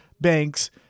Banks